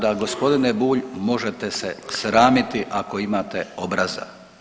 Tako da gospodine Bulj možete se sramiti ako imate obraza.